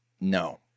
No